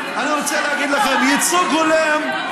אני רוצה להגיד לכם: ייצוג הולם,